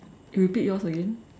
eh repeat yours again